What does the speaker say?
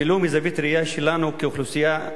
ולו מזווית ראייה שלנו כאוכלוסייה,